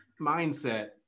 mindset